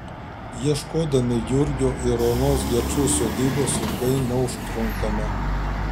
ieškodami jurgio ir onos gečų sodybos ilgai neužtrunkame